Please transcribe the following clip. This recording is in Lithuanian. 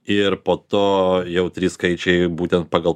ir po to jau trys skaičiai būtent pagal